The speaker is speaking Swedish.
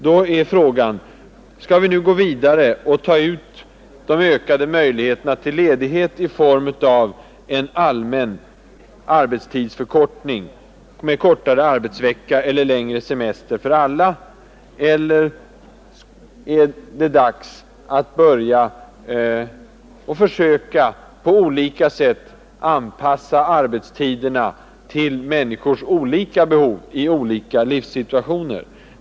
Då är frågan: Skall vi nu gå vidare och ta ut de ökade möjligheterna till ledighet i form av en allmän arbetstidsförkortning, med kortare arbetsvecka eller längre semester för alla, eller är det dags att börja försöka att på olika sätt anpassa arbetstiderna till människors olika behov i skilda livssituationer?